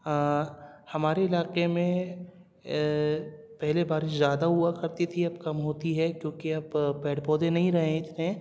ہمارے علاقے میں پہلے بارش زیادہ ہوا کرتی تھی اب کم ہوتی ہے کیونکہ اب پیڑ پودے نہیں رہے اتنے